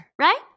right